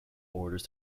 orders